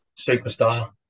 Superstar